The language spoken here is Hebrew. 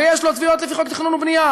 ויש לו תביעות לפי חוק התכנון והבנייה,